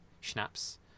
schnapps